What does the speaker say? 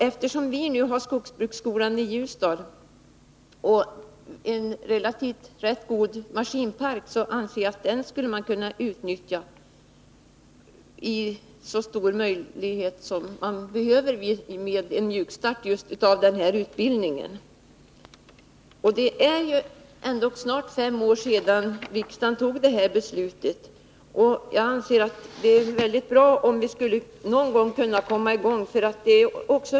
Eftersom vi har skogshögskolan i Ljusdal och en rätt god maskinpark, anser jag att man borde kunna utnyttja den så mycket som behövs i denna utbildning. Det är ändå snart fem år sedan riksdagen fattade detta beslut. Jag anser att det vore väldigt bra om vi någon gång kunde komma i gång.